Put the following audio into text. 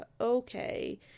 okay